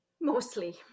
Mostly